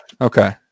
Okay